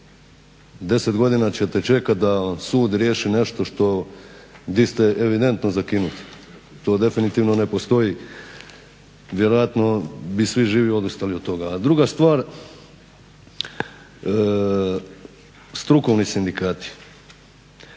10 godina ćete čekati da vam sud riješi nešto gdje ste evidentno zakinuti. To definitivno ne postoji, vjerojatno bi svi živi odustali od toga. A druga stvar, strukovni sindikati